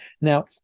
Now